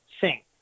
sing